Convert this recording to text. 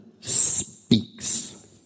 speaks